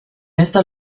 esta